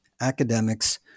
academics